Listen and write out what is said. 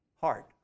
heart